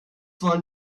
wollen